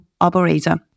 operator